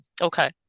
Okay